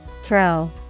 Throw